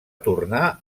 tornar